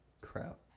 Crap